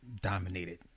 dominated